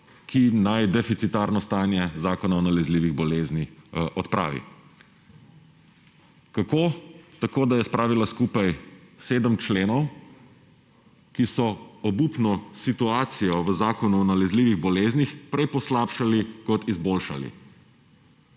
ki naj deficitarno stanje Zakona o nalezljivih boleznih odpravi. Kako? Tako, da je spravila skupaj 7 členov, ki so obupno situacijo v Zakonu o nalezljivih boleznih prej poslabšali kot izboljšali.